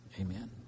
Amen